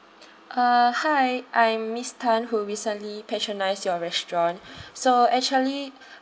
uh hi I am miss tan who recently patronised your restaurant so actually